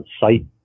site